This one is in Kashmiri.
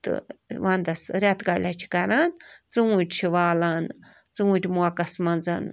تہٕ وَنٛدَس رٮ۪تہٕ کالہِ حظ چھِ کران ژوٗنٛٹۍ چھِ والان ژوٗنٛٹۍ موقَس منٛز